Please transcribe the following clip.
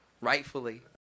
rightfully